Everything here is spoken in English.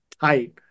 tight